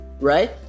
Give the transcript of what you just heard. right